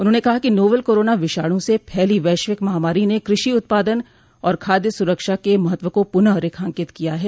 उन्होंने कहा कि नोवल कोरोना विषाणु से फैली वैश्विक महामारी ने कृषि उत्पादन और खाद्य सुरक्षा के महत्व को पुनः रेखांकित किया है